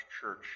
church